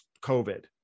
covid